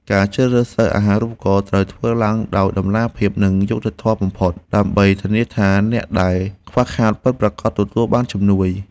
ការជ្រើសរើសសិស្សអាហារូបករណ៍ត្រូវធ្វើឡើងដោយតម្លាភាពនិងយុត្តិធម៌បំផុត ដើម្បីធានាថាអ្នកដែលខ្វះខាតពិតប្រាកដទទួលបានជំនួយ។